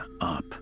up